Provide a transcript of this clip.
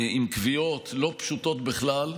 עם קביעות לא פשוטות בכלל,